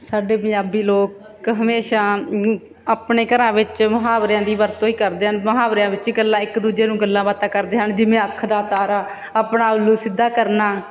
ਸਾਡੇ ਪੰਜਾਬੀ ਲੋਕ ਹਮੇਸ਼ਾ ਆਪਣੇ ਘਰਾਂ ਵਿੱਚ ਮੁਹਾਵਰਿਆਂ ਦੀ ਵਰਤੋਂ ਹੀ ਕਰਦੇ ਹਨ ਮੁਹਾਵਰਿਆਂ ਵਿੱਚ ਇਕੱਲਾ ਇੱਕ ਦੂਜੇ ਨੂੰ ਗੱਲਾਂ ਬਾਤਾਂ ਕਰਦੇ ਹਨ ਜਿਵੇਂ ਅੱਖ ਦਾ ਤਾਰਾ ਆਪਣਾ ਉੱਲੂ ਸਿੱਧਾ ਕਰਨਾ